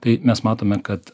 tai mes matome kad